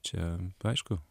čia aišku